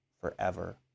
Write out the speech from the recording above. forever